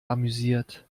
amüsiert